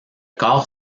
corps